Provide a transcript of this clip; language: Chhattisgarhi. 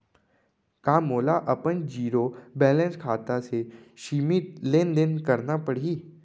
का मोला अपन जीरो बैलेंस खाता से सीमित लेनदेन करना पड़हि?